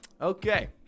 Okay